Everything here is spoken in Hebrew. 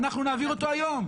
אנחנו נעביר אותו היום.